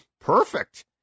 perfect